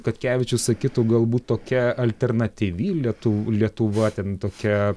katkevičius sakytų galbūt tokia alternatyvi lietu lietuva ten tokia